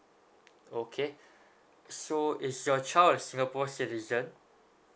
okay so is your child a singapore citizen